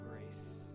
grace